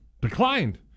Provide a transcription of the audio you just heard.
Declined